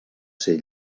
ser